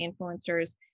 influencers